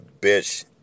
bitch